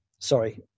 sorry